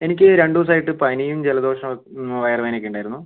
എനിക്ക് രണ്ടു ദിവസമായിട്ട് പനിയും ജലദോഷം വയറുവേദന ഒക്കെ ഉണ്ടായിരുന്നു